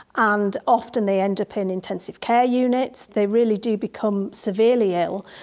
and often they end up in intensive care units, they really do become severely ill,